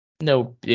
No